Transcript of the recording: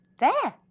there!